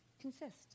consist